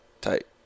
tight